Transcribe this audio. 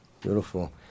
Beautiful